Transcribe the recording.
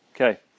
Okay